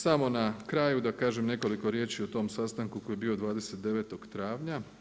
Samo na kraju da kažem nekoliko riječi o tome sastanku koji je bio 29. travnja.